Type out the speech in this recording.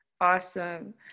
Awesome